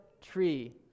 tree